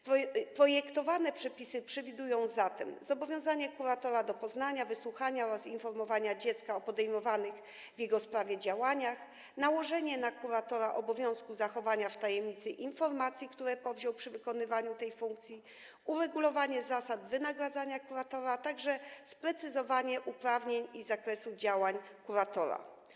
Projektowane przepisy przewidują zatem: zobowiązanie kuratora do poznania, wysłuchania oraz informowania dziecka o podejmowanych w jego sprawie działaniach, nałożenie na kuratora obowiązku zachowania w tajemnicy informacji, które powziął przy wykonywaniu tej funkcji, uregulowanie zasad wynagradzania kuratora, a także sprecyzowanie uprawnień i zakresu działań kuratora.